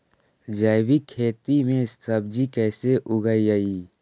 जैविक खेती में सब्जी कैसे उगइअई?